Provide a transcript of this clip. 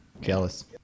jealous